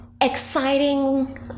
exciting